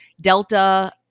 Delta